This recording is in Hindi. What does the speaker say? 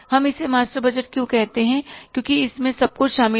हम इसे मास्टर बजट क्यों कहते हैं क्योंकि इसमें सब कुछ शामिल है